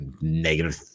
Negative